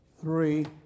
three